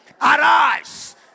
Arise